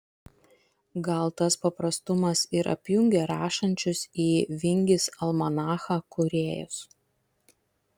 gal tas paprastumas ir apjungia rašančius į vingis almanachą kūrėjus